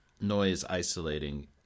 noise-isolating